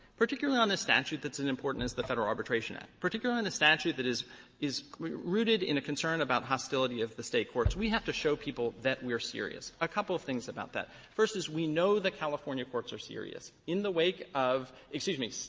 particularly on a statute that's as important as the federal arbitration act, particularly on a statute that is is rooted in a concern about hostility of the state courts, we have to show people that we're serious. a couple of things about that. first is, we know the california courts are serious in the wake of excuse me.